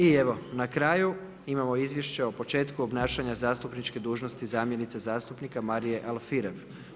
I evo na kraju, imamo Izvješće o početku obnašanja zastupničke dužnosti zamjenice zamjenika Marije Alfirev.